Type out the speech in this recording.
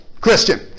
Christian